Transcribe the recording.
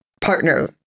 partner